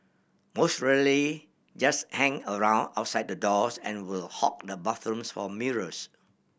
most really just hang around outside the doors and will hog the bathrooms for mirrors